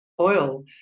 oil